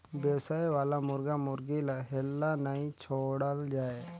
बेवसाय वाला मुरगा मुरगी ल हेल्ला नइ छोड़ल जाए